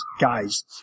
guys